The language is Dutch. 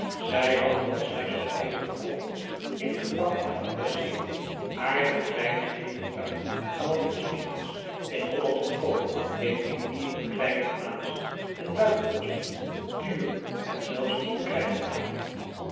zij hadden wat snuisterijen gekocht ingepakt en geadresseerd aardige kleinigheden uit galanteriewinkels in holland goedkoop in indië op kleine plaatsen en buitenposten duur en zelfs niet verkrijgbaar